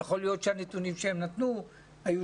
יכול להיות שהנתונים שהם נתנו היו